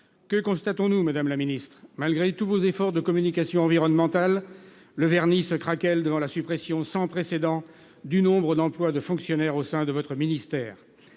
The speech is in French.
Que constatons-nous ? Malgré tous vos efforts de communication environnementale, le vernis se craquelle devant la suppression sans précédent du nombre d'emplois de fonctionnaires au sein de votre ministère.